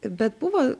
bet buvo